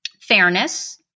fairness